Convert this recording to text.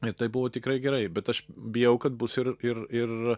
ir tai buvo tikrai gerai bet aš bijau kad bus ir ir ir